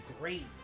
great